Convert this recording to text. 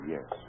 Yes